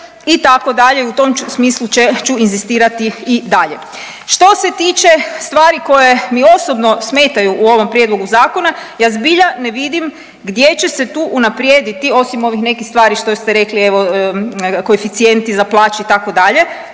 itd. U tom smislu ću inzistirati i dalje. Što se tiče stvari koje mi osobno smetaju u ovom prijedlogu zakona ja zbilja ne vidim gdje će se tu unaprijediti, osim ovih nekih stvari što ste rekli evo koeficijenti za plaće itd.